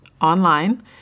online